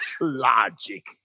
Logic